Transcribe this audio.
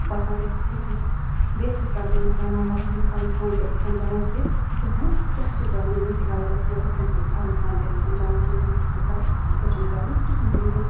تہٕ پَکان ٲسۍ اِتھَے کِنَتھ بیٚیہِ ٲسٕس پَتہٕ تٔمِس وَنان پَتہٕ ٲسٕس بہٕ تٔمِس آرام سان کٔرِتھ سَمجھاوان کہِ کِتھ پٲٹھۍ کیٛاہ چھِ کَرُن ییٚتہِ نَس یہِ غلط ٲس آسان بہٕ ٲسٕس تَتہِ نَس أمِس آرام سان کٔرِتھ سَمجھاوان کِتِنَسَن چھَکھ ژٕ غلط یہِ چھِ یِتھ پٲٹھۍ چھِنہٕ کَرُن کِہیٖنۍ تہِ لیکِن